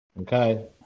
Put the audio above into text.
Okay